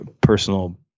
personal